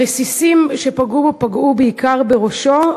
הרסיסים שפגעו בו פגעו בעיקר בראשו,